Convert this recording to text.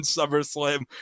SummerSlam